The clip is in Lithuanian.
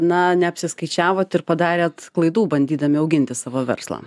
na neapsiskaičiavot ir padarėt klaidų bandydami auginti savo verslą